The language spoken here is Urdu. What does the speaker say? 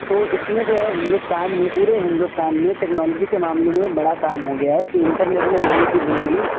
تو اس میں جو ہے ہندوستان میں پورے ہندوستان میں ٹیکنالوجی کے معاملے میں بڑا کام ہو گیا ہے کہ انٹرنیٹ نے لوگوں کی زندگی